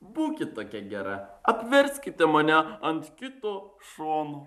būkit tokia gera apverskite mane ant kito šono